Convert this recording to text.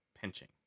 pinching